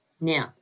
Now